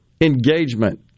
engagement